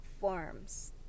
forms